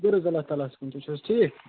شُکُر حظ اَللّہ تعالہَس کُن تُہۍ چھِو حظ ٹھیٖک